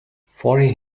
foreign